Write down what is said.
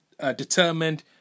determined